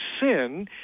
sin